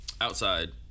outside